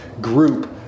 group